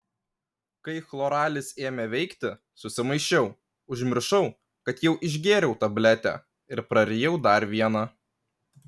kai chloralis ėmė veikti susimaišiau užmiršau kad jau išgėriau tabletę ir prarijau dar vieną